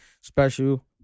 special